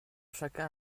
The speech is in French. chacun